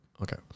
Okay